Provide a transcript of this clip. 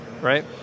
Right